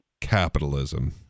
Capitalism